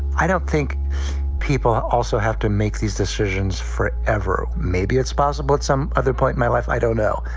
i don't think people also have to make these decisions for ever. maybe it's possible at some other point. my life, i don't know.